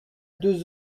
deux